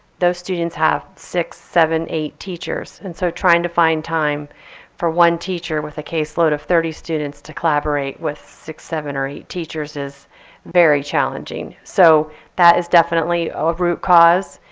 those students have six, seven, eight teachers. and so trying to find time for one teacher with a caseload of thirty students to collaborate with six, seven, or eight teachers is very challenging. so that is definitely a root cause.